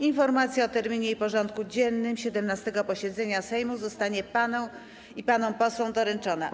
Informacja o terminie i porządku dziennym 17. posiedzenia Sejmu zostanie paniom i panom posłom doręczona.